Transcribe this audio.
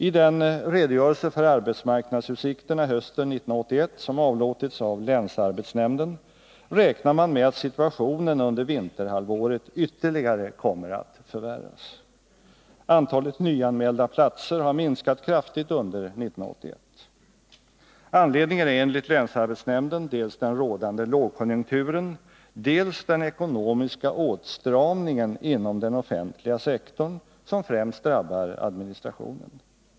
I den redogörelse för arbetsmarknadsutsikterna hösten 1981 som avlåtits av länsarbetsnämnden räknar man med att situationen under vinterhalvåret ytterligare kommer att förvärras. Antalet nyanmälda platser har minskat kraftigt under 1981. Anledningen är enligt länsarbetshämnden dels den rådande lågkonjunkturen, dels den ekonomiska åtstramningen inom den offentliga sektorn som främst drabbar administrationen.